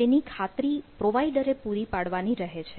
તેની ખાતરી પ્રોવાઇડરે પુરી પાડવાની રહે છે